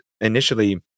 initially